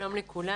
שלום לכולם.